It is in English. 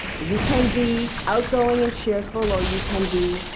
you can be outgoing and cheerful, or you can be